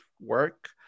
work